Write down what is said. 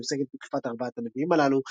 כשהיא עוסקת בתקופת ארבעת הנביאים הללו,